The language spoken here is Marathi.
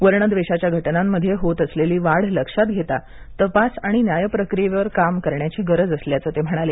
वर्णद्वेषाच्या घटनांमध्ये होत असलेली वाढ लक्षात घेता तपास आणि न्यायप्रक्रियेवर काम करण्याची गरज असल्याचे ते म्हणाले